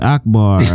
Akbar